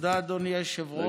תודה, אדוני היושב-ראש.